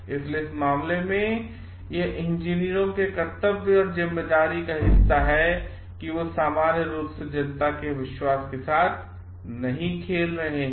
इसलिए इस मामले में यह इंजीनियरों के कर्तव्य और जिम्मेदारी का हिस्सा है कि वे सामान्य रूप से जनता के विश्वास के साथ नहीं खेल रहे हैं